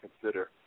consider